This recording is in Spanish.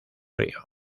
río